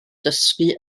dysgu